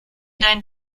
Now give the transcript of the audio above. dein